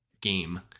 game